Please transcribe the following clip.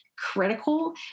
critical